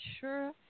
sure